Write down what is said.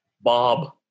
Bob